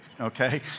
okay